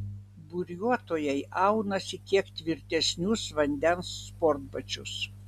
buriuotojai aunasi kiek tvirtesnius vandens sportbačius